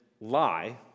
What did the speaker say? lie